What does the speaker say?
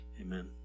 Amen